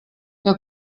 que